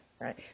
right